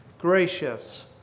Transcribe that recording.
gracious